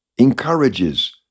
encourages